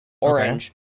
Orange